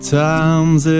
times